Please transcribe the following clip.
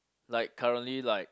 like currently like